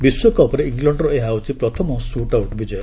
ବିଶ୍ୱକପ୍ରେ ଇଂଲଣ୍ଡର ଏହା ହେଉଛି ପ୍ରଥମ ସୁଟ୍ ଆଉଟ୍ ବିକୟ